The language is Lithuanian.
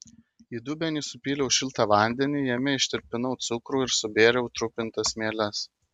į dubenį supyliau šiltą vandenį jame ištirpinau cukrų ir subėriau trupintas mieles